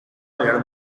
behar